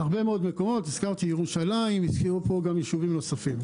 בירושלים וביישובים נוספים.